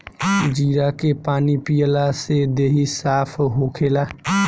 जीरा के पानी पियला से देहि साफ़ होखेला